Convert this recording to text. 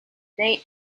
they